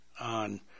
on